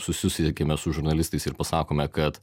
susisiekėme su žurnalistais ir pasakome kad